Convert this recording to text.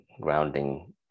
grounding